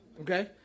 Okay